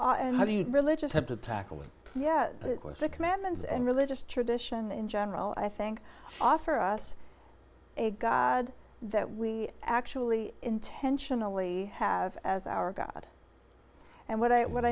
commandments and how the religious have to tackle it yes it was the commandments and religious tradition in general i think offer us a god that we actually intentionally have as our god and what i what